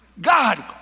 God